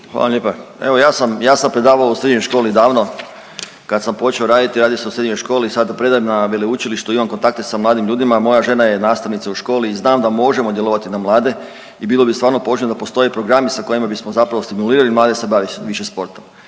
Hvala lijepa. Evo ja sam, ja sam predavao u srednjoj školi davno, kad sam počeo raditi, radio sam u srednjoj školi, sada predajem na veleučilištu, imam kontakte sa mladim ljudima, moja žena je nastavnica u školi i znam da možemo djelovati na mlade i bilo bi stvarno poželjno da postoje programi sa kojima bismo zapravo stimulirali mlade da se bave više sportom.